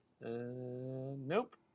nope